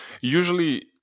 Usually